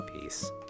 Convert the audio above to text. Peace